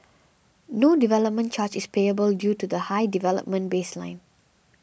no development charge is payable due to the high development baseline